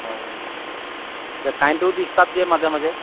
অঁ কাৰেণ্টোও দিষ্টাব দিয়ে মাজে মাজে